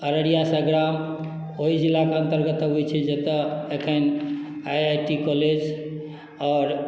अररिया सङ्ग्राम ओहि जिलाके अन्तर्गत अबैत छै जतय एखन आइ आइ टी कॉलेज आओर